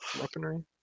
weaponry